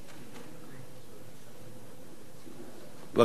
בבקשה, אדוני.